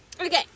okay